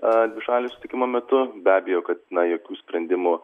dvišalio susitikimo metu be abejo kad na jokių sprendimų